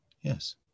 Yes